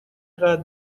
قدر